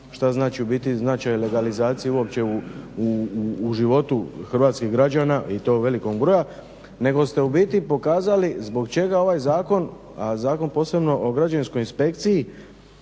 što znači u biti značaj legalizacije uopće u životu hrvatskih građana i to velikog broja. Nego ste u biti pokazali zbog čega ovaj zakon, zakon posebno o građevinskoj inspekciji